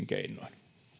keinoin